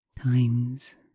Times